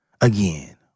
Again